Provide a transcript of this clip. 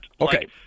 Okay